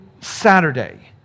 Saturday